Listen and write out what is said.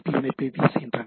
B இணைப்பை வீசுகின்றன